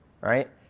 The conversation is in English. right